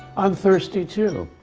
i'm thirsty too.